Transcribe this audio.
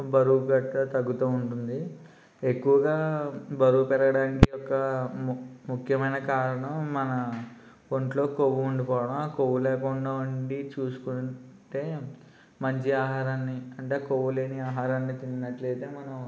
బరువు గట్రా తగ్గతూ ఉంటుంది ఎక్కువగా బరువు పెరగడానికి ఒక ము ముఖ్యమైన కారణం మన ఒంట్లో కొవ్వు ఉండిపోవడం ఆ కొవ్వు లేకుండా ఉండి చూసు కుంటే మంచి ఆహారాన్ని అంటే కొవ్వు లేని ఆహారాన్ని తిన్నట్లయితే మనం